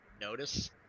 notice